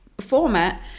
format